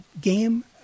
game